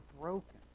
broken